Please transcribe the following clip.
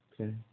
okay